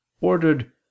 ordered